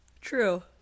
true